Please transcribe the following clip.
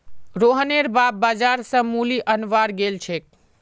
रोहनेर बाप बाजार स मूली अनवार गेल छेक